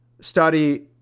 study